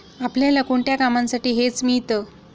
आपल्याला कोणत्या कामांसाठी हेज मिळतं?